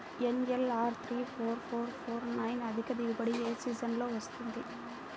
NLR three four four four nine అధిక దిగుబడి ఏ సీజన్లలో వస్తుంది?